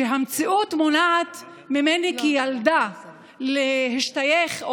כשהמציאות מונעת ממני כילדה להשתייך,